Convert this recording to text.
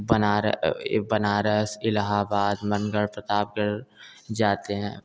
बनारस बनारस इलाहाबाद मनगढ़ प्रतापगढ़ जाते हैं